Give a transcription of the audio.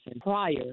prior